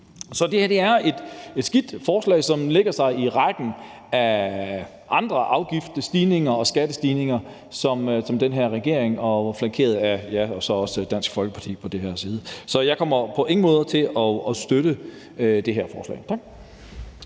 Så det her er et skidt forslag, som lægger sig i rækken af andre afgiftsstigninger og skattestigninger, som den her regering flankeret af Dansk Folkeparti står bag. Så jeg kommer på ingen måde til at støtte det her forslag. Tak.